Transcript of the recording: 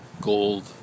gold